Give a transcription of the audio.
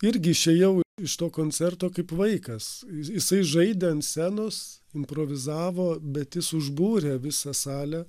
irgi išėjau iš to koncerto kaip vaikas jisai žaidė ant scenos improvizavo bet jis užbūrė visą salę